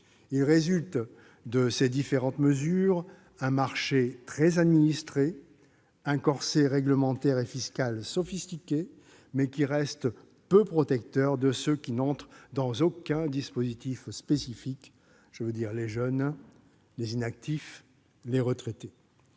Il résulte de ces différentes mesures un marché très administré, un corset réglementaire et fiscal sophistiqué, mais qui reste peu protecteur de ceux qui n'entrent dans aucun dispositif spécifique : les jeunes, les inactifs, les retraités.